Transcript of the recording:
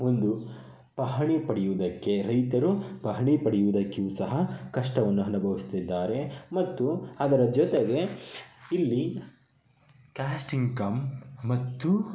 ಒಂದು ಪಹಣಿ ಪಡಿಯೋದಕ್ಕೆ ರೈತರು ಪಹಣಿ ಪಡಿಯುವುದಕ್ಕೂ ಕಷ್ಟವನ್ನು ಅನುಭವ್ಸ್ತಿದ್ದಾರೆ ಮತ್ತು ಅದರ ಜೊತೆಗೆ ಇಲ್ಲಿ ಕ್ಯಾಸ್ಟ್ ಇನ್ಕಮ್ ಮತ್ತು